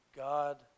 God